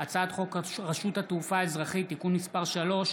הצעת חוק רשות התעופה האזרחית (תיקון מס' 3)